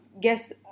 guess